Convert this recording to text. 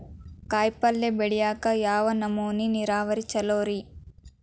ಕಾಯಿಪಲ್ಯ ಬೆಳಿಯಾಕ ಯಾವ ನಮೂನಿ ನೇರಾವರಿ ಛಲೋ ರಿ?